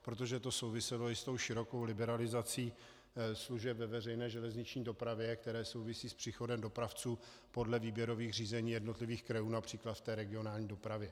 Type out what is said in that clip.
Protože to souviselo i s tou širokou liberalizací služeb ve veřejné železniční dopravě, které souvisí s příchodem dopravců podle výběrových řízení jednotlivých krajů například v té regionální dopravě.